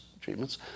treatments